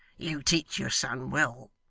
you teach your son well